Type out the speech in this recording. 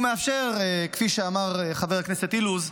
כפי שאמר חבר הכנסת אילוז,